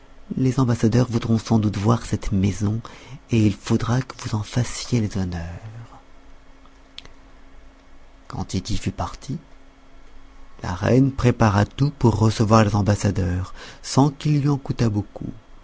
les ambassadeurs voudront sans doute voir cette maison et il faudra que vous en fassiez les honneurs quand tity fut parti la reine prépara tout pour recevoir les ambassadeurs sans qu'il lui en coûtât beaucoup